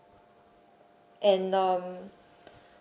and um